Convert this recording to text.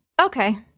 Okay